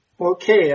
Okay